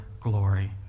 glory